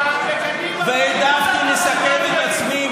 והעדפתי לסכן את עצמי,